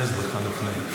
אני מתכבד להציג בפני הכנסת,